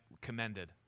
commended